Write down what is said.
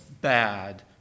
bad